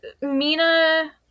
Mina